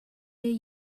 ear